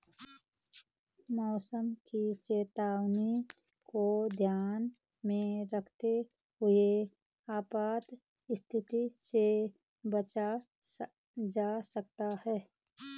मौसम की चेतावनी को ध्यान में रखते हुए आपात स्थिति से बचा जा सकता है